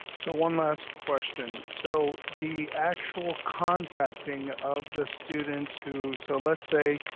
so, one last question, so the actual contacting of the students who, so let's say,